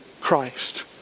Christ